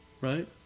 Right